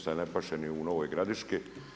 Sad ne paše ni u Novoj Gradiški.